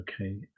okay